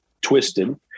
twisted